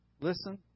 Listen